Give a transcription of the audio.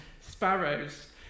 sparrows